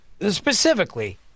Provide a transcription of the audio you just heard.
Specifically